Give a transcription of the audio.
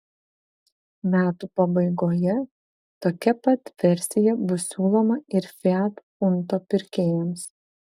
metų pabaigoje tokia pat versija bus siūloma ir fiat punto pirkėjams